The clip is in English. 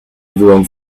everyone